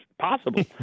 possible